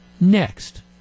next